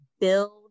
build